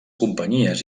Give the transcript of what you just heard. companyies